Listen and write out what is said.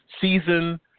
season